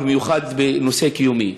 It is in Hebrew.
במיוחד בנושא קיומי.